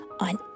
on